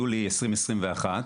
יולי 2021,